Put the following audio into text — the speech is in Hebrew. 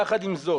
יחד עם זאת